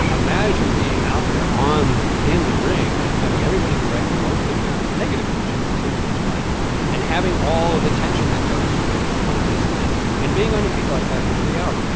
imagine being out there on the in the ring and having everybody directing most of their negative energy mostly towards biden and having all of the tension that goes with one of these events and being on your feet like that for three hours.